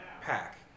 pack